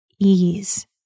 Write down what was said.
ease